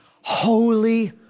Holy